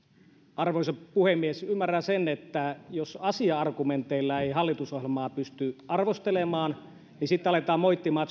arvoisa puhemies ymmärrän sen että jos asia argumenteilla ei hallitusohjelmaa pysty arvostelemaan niin sitten aletaan moittimaan